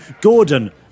Gordon